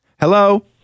Hello